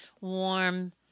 warm